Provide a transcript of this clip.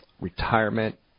retirement